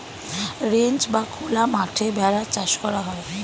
ranch বা খোলা মাঠে ভেড়ার চাষ করা হয়